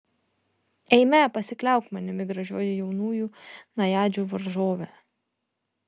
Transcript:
eime pasikliauk manimi gražioji jaunųjų najadžių varžove